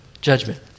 judgment